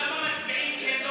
1 לא